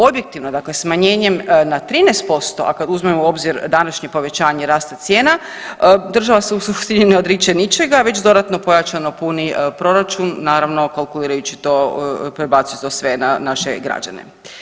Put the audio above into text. Objektivno, dakle smanjenjem na 13%, a kad uzmemo u obzir današnje povećanje rasta cijena država se u suštini ne odriče ničega već dodatno pojačano puni proračun naravno kalkulirajući to, prebacuju to sve na naše građane.